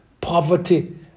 Poverty